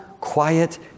quiet